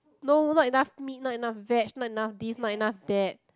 no not enough meat not enough veg not enough this not enough that